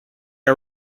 are